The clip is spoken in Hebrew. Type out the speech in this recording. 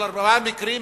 על ארבעה מקרים,